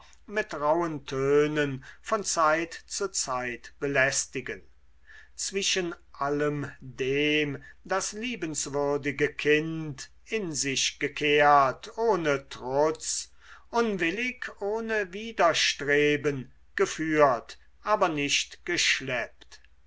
mit rauhen tönen von zeit zu zeit belästigen zwischen allem dem das liebenswürdige kind in sich gekehrt ohne trutz unwillig ohne widerstreben geführt aber nicht geschleppt